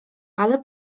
ale